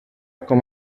com